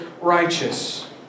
righteous